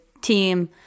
team